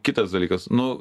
kitas dalykas nu